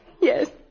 Yes